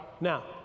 Now